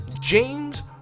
James